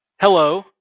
Hello